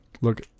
look